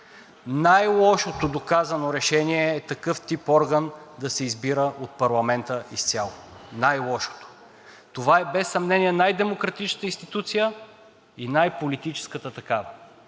Най-лошото доказано решение е такъв тип орган да се избира от парламента, изцяло – най-лошото. Това е без съмнение най-демократичната институция и най-политическата такава.